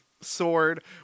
sword